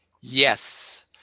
Yes